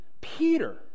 Peter